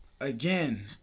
Again